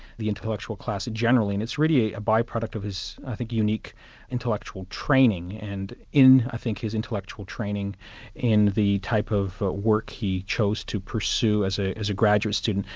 the intellectual class generally, and it's really a a by-product of his, i think, unique intellectual training, and in, i think, his intellectual training in the type of work he chose to pursue as ah as a graduate student.